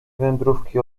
wędrówki